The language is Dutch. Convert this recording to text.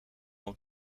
een